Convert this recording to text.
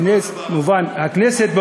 הכנסת,